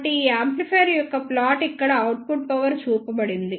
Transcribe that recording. కాబట్టి ఈ యాంప్లిఫైయర్ యొక్క ప్లాట్ ఇక్కడ అవుట్పుట్ పవర్ చూపబడింది